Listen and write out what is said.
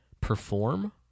perform